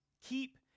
keep